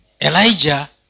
Elijah